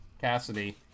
cassidy